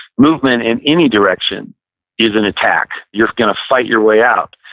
movement in any direction is an attack. you're going to fight your way out.